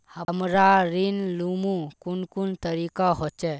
हमरा ऋण लुमू कुन कुन तरीका होचे?